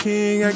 King